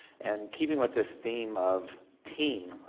and keeping with this theme of team,